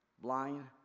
Blind